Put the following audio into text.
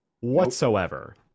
whatsoever